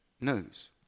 news